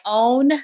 own